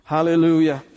Hallelujah